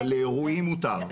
אבל לאירועים מותר.